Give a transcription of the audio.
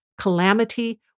Calamity